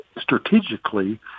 strategically